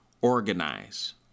Organize